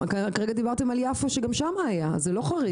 כרגע דיברתם על יפו שגם שם היה, זה לא חריג.